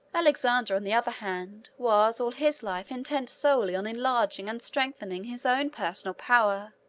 alexander, on the other hand, was all his life intent solely on enlarging and strengthening his own personal power.